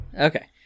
Okay